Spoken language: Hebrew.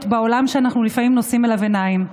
בעולם שאנחנו לפעמים נושאים אליו עיניים.